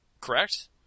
Correct